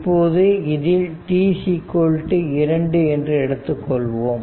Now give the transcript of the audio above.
இப்போது இதில் t2 என்று எடுத்துக்கொள்வோம்